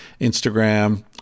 instagram